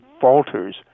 falters